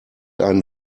einen